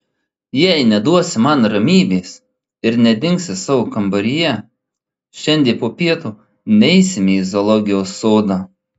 jei neduosi man ramybės ir nedingsi savo kambaryje šiandien po pietų neisime į zoologijos sodą